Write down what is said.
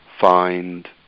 find